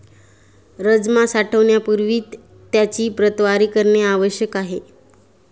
राजमा साठवण्यापूर्वी त्याची प्रतवारी करणे आवश्यक आहे